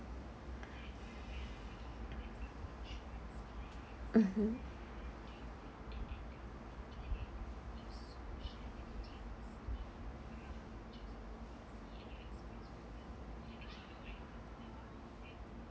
mmhmm